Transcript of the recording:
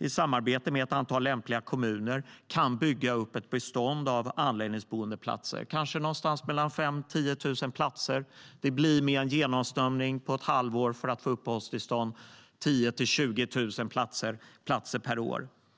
i samarbete med ett antal lämpliga kommuner, kan bygga upp ett bestånd av anläggningsboendeplatser, någonstans mellan 5 000 och 10 000 platser. Det blir mer genomströmning på ett halvår för att få uppehållstillstånd, 10 000-20 000 platser per år.